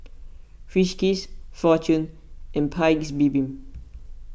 Friskies fortune and Paik's Bibim